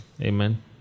Amen